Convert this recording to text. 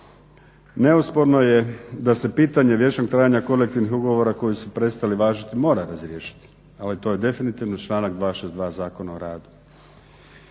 Neosporno je da s pitanje vječnog trajanja kolektivnih ugovora koji su prestali važiti mora razriješiti, ali to je definitivno članak 262. Zakona o radu.